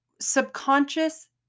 Subconscious